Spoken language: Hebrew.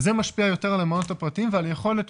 זה משפיע יותר על המעונות הפרטיים ועל היכולת,